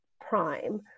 prime